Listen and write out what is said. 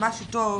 מה שטוב